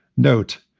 note,